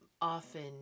often